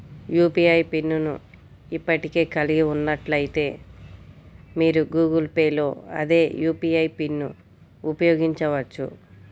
UPI PIN ను ఇప్పటికే కలిగి ఉన్నట్లయితే, మీరు గూగుల్ పే లో అదే యూ.పీ.ఐ పిన్ను ఉపయోగించవచ్చు